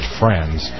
friends